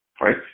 right